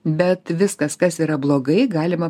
bet viskas kas yra blogai galima